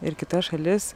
ir kitas šalis